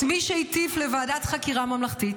את מי שהטיף לוועדת חקירה ממלכתית,